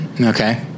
Okay